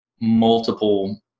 multiple